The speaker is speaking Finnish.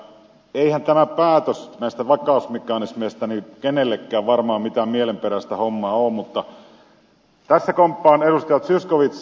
eihän tämä päätös vakausmekanismeista kenellekään varmaan mitään mielenperäistä hommaa ole mutta tässä komppaan edustaja zyskowiczia